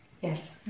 Yes